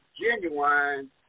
genuine